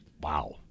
Wow